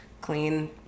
clean